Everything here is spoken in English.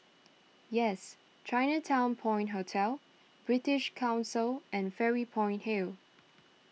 Yes Chinatown Point Hotel British Council and Fairy Point Hill